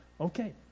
Okay